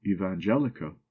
evangelica